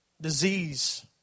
disease